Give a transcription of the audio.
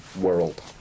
World